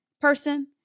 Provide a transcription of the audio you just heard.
person